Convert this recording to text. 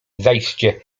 zajście